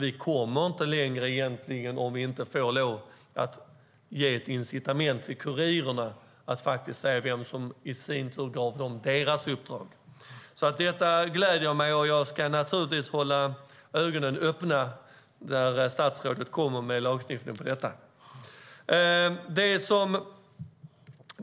Vi kommer inte längre om vi inte får lov att ge ett incitament till kurirerna, så att man vet vem som i sin tur gav dem deras uppdrag. Det som statsrådet säger gläder mig, och jag ska naturligtvis hålla ögonen öppna när han kommer med förslag till lagstiftning i den här frågan.